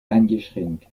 eingeschränkt